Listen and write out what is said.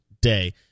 Day